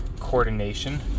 coordination